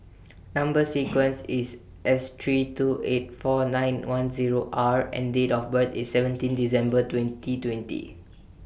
Number sequence IS S three two eight four nine one Zero R and Date of birth IS seventeen December twenty twenty